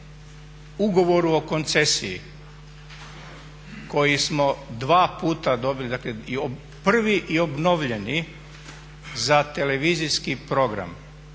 ugovoru o koncesiji koji smo dva puta dobili, dakle prvi i obnovljeni za televizijski program